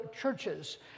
churches